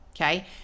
okay